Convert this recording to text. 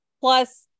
plus